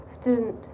student